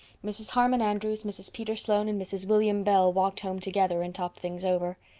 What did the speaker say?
mrs. harmon andrews, mrs. peter sloane, and mrs. william bell walked home together and talked things over.